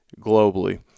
globally